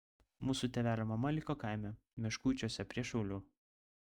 mūsų tėvelio mama liko kaime meškuičiuose prie šiaulių